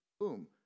boom